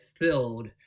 filled